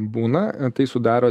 būna tai sudaro